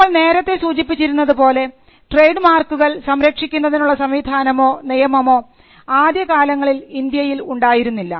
നമ്മൾ നേരത്തെ സൂചിപ്പിച്ചിരുന്നതുപോലെ ട്രേഡ് മാർക്കുകൾ സംരക്ഷിക്കുന്നതിനുള്ള സംവിധാനമോ നിയമമോ ആദ്യകാലങ്ങളിൽ ഇന്ത്യയിൽ ഉണ്ടായിരുന്നില്ല